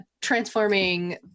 transforming